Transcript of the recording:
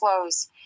clothes